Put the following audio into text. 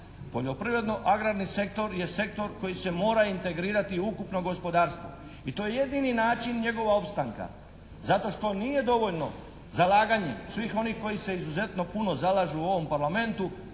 Poljoprivredno-agrarni sektor je sektor koji se mora integrirati u ukupno gospodarstvo i to je jedini način njegova opstanka. Zato što nije dovoljno zalaganje svih onih koji se izuzetno puno zalažu u ovom Parlamentu